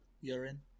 Urine